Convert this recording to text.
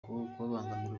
kubangamira